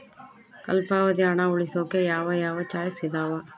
ಅಲ್ಪಾವಧಿ ಹಣ ಉಳಿಸೋಕೆ ಯಾವ ಯಾವ ಚಾಯ್ಸ್ ಇದಾವ?